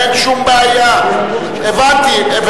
אין שום בעיה, הבנתי.